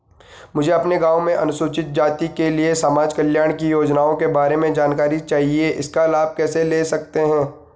मुझे अपने गाँव में अनुसूचित जाति के लिए समाज कल्याण की योजनाओं के बारे में जानकारी चाहिए इसका लाभ कैसे ले सकते हैं?